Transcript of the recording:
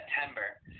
September